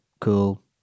cool